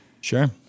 Sure